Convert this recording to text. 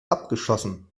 abgeschossen